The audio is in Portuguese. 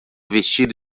vestido